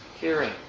hearing